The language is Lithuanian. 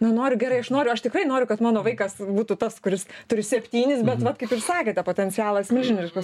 nu noriu gerai aš noriu aš tikrai noriu kad mano vaikas būtų tas kuris turi septynis bet vat kaip ir sakėte potencialas milžiniškas